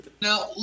now